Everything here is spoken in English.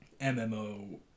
MMO